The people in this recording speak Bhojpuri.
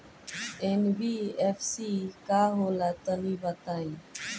एन.बी.एफ.सी का होला तनि बताई?